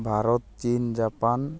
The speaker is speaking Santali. ᱵᱷᱟᱨᱚᱛ ᱪᱤᱱ ᱡᱟᱯᱟᱱ